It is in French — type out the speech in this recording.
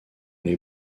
les